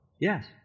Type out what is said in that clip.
Yes